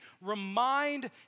remind